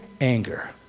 anger